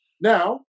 Now